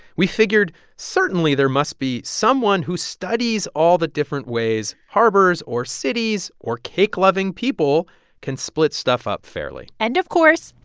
we figured certainly, there must be someone who studies all the different ways harbors or cities or cake-loving people can split stuff up fairly. and of course,